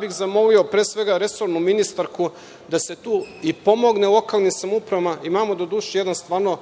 bih, pre svega, resornu ministarku da se tu i pomogne lokalnim samoupravama. Imamo, doduše, jedan stvarno